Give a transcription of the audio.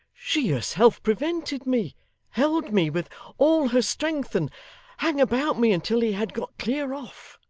she herself prevented me held me, with all her strength, and hung about me until he had got clear off